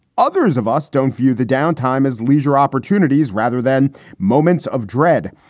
others of us don't view the downtime as leisure opportunities rather than moments of dread.